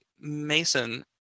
Mason